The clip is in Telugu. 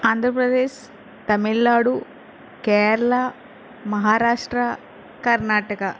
ఆంధ్రప్రదేశ్ తమిళనాడు కేరళ మహారాష్ట్ర కర్ణాటక